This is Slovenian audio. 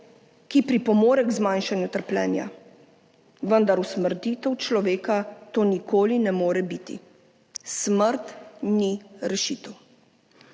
ki pripomore k zmanjšanju trpljenja, vendar usmrtitev človeka to nikoli ne more biti. Smrt ni rešitev.